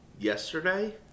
Yesterday